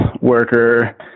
worker